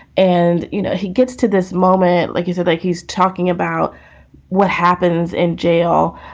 and, you know, he gets to this moment, like you said, like he's talking about what happens in jail.